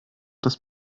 das